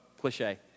cliche